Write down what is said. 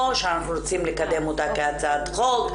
שאנחנו רוצים לקדם אותה כהצעת חוק,